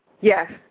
Yes